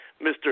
Mr